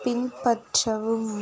பின்பற்றவும்